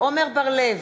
עמר בר-לב,